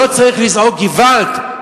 לא צריך לזעוק געוואלד,